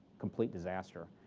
complete disaster.